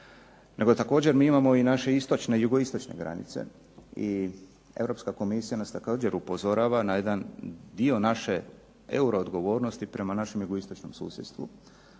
nego također mi imamo i naše istočne i jugoistočne granice i Europska komisija nas također upozorava na jedan dio naše euro odgovornosti prema našem jugoistočnom susjedstvu.